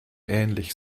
ähnlich